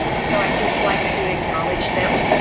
so i just like to acknowledge them.